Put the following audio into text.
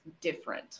different